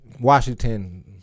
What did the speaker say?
Washington